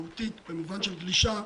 צביקה,